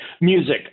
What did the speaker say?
music